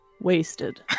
wasted